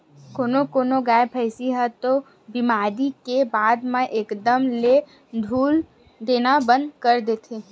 कोनो कोनो गाय, भइसी ह तो बेमारी के बाद म एकदम ले दूद देना बंद कर देथे